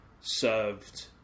served